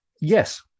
Yes